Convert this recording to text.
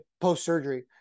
post-surgery